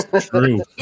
True